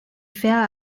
fell